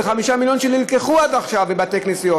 זה 5 מיליון שנלקחו עד עכשיו מבתי-כנסיות,